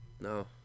No